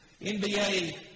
NBA